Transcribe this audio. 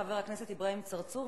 חבר הכנסת אברהים צרצור,